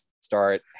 start